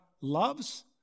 loves